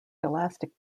elastic